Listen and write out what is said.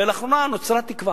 ולאחרונה נוצרה תקווה: